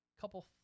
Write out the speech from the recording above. couple